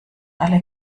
alle